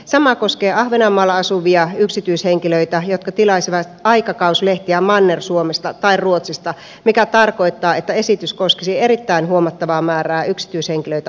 sama koskee ahvenanmaalla asuvia yksityishenkilöitä jotka tilaisivat aikakauslehtiä manner suomesta tai ruotsista mikä tarkoittaa että esitys koskisi erittäin huomattavaa määrää yksityishenkilöitä ahvenanmaalla